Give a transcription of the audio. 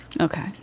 okay